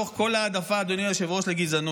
ולהפוך כל העדפה לגזענות.